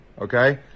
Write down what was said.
okay